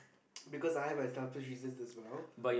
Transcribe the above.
because I have my selfish reasons as well